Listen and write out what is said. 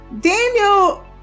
daniel